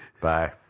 Bye